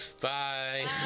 Bye